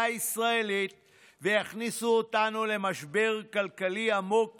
הישראלית ויכניסו אותנו למשבר כלכלי עמוק